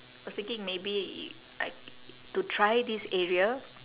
I was thinking maybe I to try this area